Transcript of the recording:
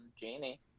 Janie